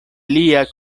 lia